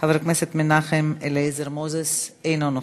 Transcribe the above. חבר הכנסת מנחם אליעזר מוזס, אינו נוכח.